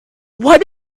what